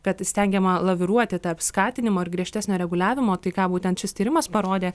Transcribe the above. kad stengiama laviruoti tarp skatinimo ir griežtesnio reguliavimo tai ką būtent šis tyrimas parodė